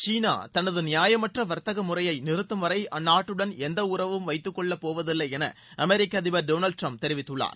சீனா தனது நியாயமற்ற வாத்தக முறையை நிறுத்தும்வரை அந்நாட்டுடன் எந்த உறவும் வைத்துக்கொள்ள போவதில்லை என அமெரிக்க அதிபர் டொனால்டு டிரம்ப் தெரிவித்துள்ளார்